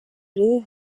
urebe